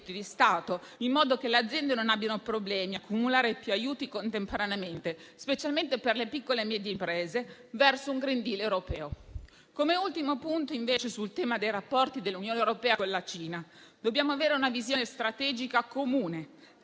di Stato, in modo che le aziende non abbiano problemi ad accumulare più aiuti contemporaneamente, specialmente per le piccole e medie imprese, verso un *green deal* europeo. Come ultimo punto intervengo sul tema dei rapporti dell'Unione europea con la Cina. Dobbiamo avere una visione strategica comune